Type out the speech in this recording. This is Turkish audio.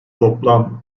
toplam